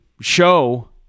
show